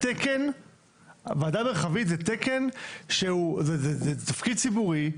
הוועדה המרחבית הוא תקן שהוא תפקיד ציבורי,